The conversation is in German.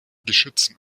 geschützen